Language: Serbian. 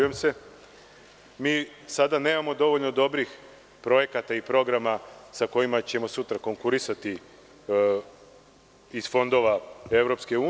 Nemamo dovoljno dobrih projekata i programa sa kojima ćemo sutra konkurisati iz fondova EU.